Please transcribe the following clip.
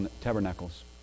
tabernacles